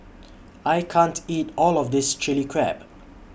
I can't eat All of This Chili Crab